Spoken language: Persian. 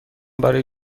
برای